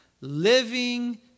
Living